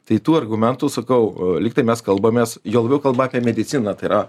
tai tų argumentų sakau lyg tai mes kalbamės juo labiau kalba apie mediciną tai yra